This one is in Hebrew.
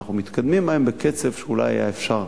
אנחנו מתקדמים בהן בקצב שאולי היה אפשר,